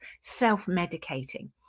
self-medicating